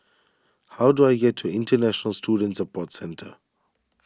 how do I get to International Student Support Centre